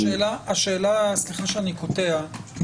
סליחה שאני קוטע,